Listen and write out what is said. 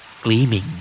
Gleaming